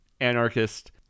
anarchist